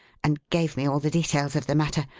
and gave me all the details of the matter.